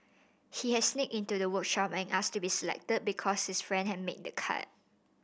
he had sneaked into the workshop and asked to be selected because his friend had made the cut